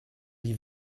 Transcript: die